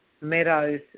meadows